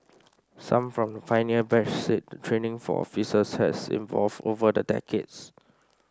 some from the pioneer batch said the training for officers has evolved over the decades